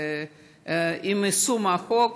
עם יישום החוק,